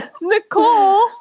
Nicole